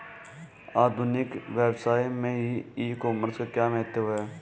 आधुनिक व्यवसाय में ई कॉमर्स का क्या महत्व है?